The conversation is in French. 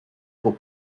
pour